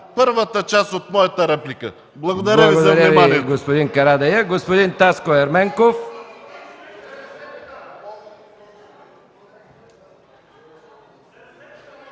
първата част от моята реплика. Благодаря Ви за вниманието.